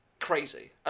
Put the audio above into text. crazy